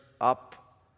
up